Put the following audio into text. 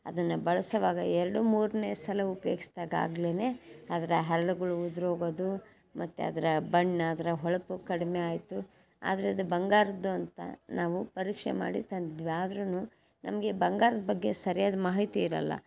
ಅದನ್ನು ಬಳ್ಸೋವಾಗ ಎರಡು ಮೂರನೇ ಸಲ ಉಪಯೋಗಿಸಿದಾಗ ಆಗಲೇನೇ ಅದರ ಹರ್ಳುಗಳು ಉದುರೋಗೋದು ಮತ್ತು ಅದರ ಬಣ್ಣ ಅದರ ಹೊಳಪು ಕಡಿಮೆ ಆಯಿತು ಆದರೆ ಅದು ಬಂಗಾರದ್ದು ಅಂತ ನಾವು ಪರೀಕ್ಷೆ ಮಾಡಿ ತಂದ್ವಿ ಆದ್ರೂ ನಮಗೆ ಬಂಗಾರದ ಬಗ್ಗೆ ಸರಿಯಾದ ಮಾಹಿತಿ ಇರೋಲ್ಲ